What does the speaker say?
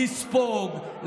לספוג,